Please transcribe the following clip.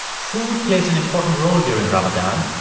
food plays an important role during ramadan.